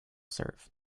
serve